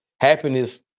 Happiness